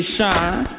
Shine